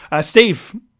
Steve